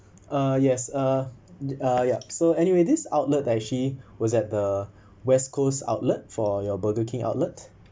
uh yes uh ah yup so anyway this outlet actually was at the west coast outlet for your burger king outlet